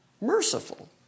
merciful